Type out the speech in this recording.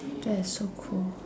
that's so cool